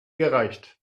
gereicht